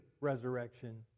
resurrection